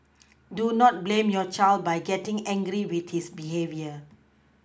do not blame your child by getting angry with his behaviour